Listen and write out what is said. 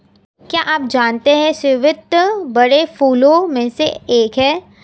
क्या आप जानते है स्रीवत बड़े फूलों में से एक है